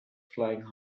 flying